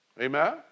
Amen